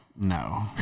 No